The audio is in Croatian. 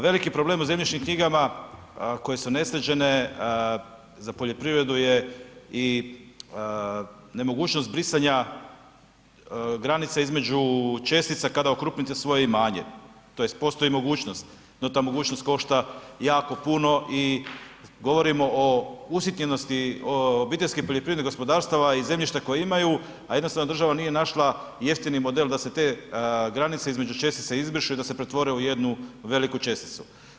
Veliki problem u zemljišnim knjigama koje su nesređene za poljoprivredu je i nemogućnost brisanja granica između čestica kada okrupnite svoje imanje tj. postoji mogućnost, no ta mogućnost košta jako puno i govorimo o usitnjenosti obiteljskih poljoprivrednih gospodarstava i zemljišta koje imaju, a jednostavno država nije našla jeftini model da se te granice između čestica izbrišu i da pretvore u jednu veliku česticu.